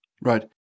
Right